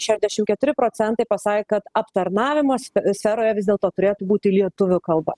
šešiasdešimt keturi procentai pasakė kad aptarnavimo sferoje vis dėlto turėtų būti lietuvių kalba